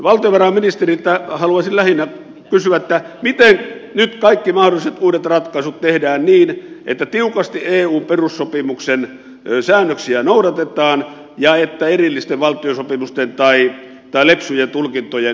valtiovarainministeriltä haluaisin lähinnä kysyä miten nyt kaikki mahdolliset uudet ratkaisut tehdään niin että eun perussopimuksen säännöksiä noudatetaan tiukasti ja että erillisten valtiosopimusten tai lepsujen tulkintojen nojalla ei jatketa